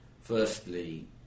firstly